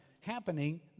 happening